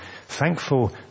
thankful